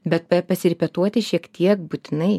bet pe pasirepetuoti šiek tiek būtinai